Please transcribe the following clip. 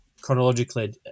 chronologically